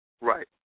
Right